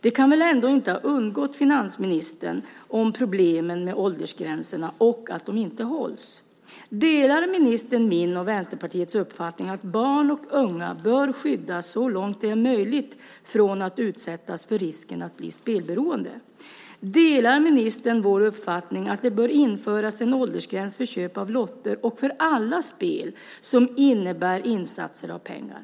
Problemen med åldersgränserna och med att dessa inte hålls kan väl ändå inte ha undgått finansministern? Delar ministern min och Vänsterpartiets uppfattning att barn och unga bör skyddas så långt det är möjligt från att utsättas för risken att bli spelberoende? Och delar ministern vår uppfattning att det bör införas en åldersgräns för köp av lotter och för alla spel som innebär insatser med pengar?